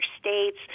states